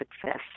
success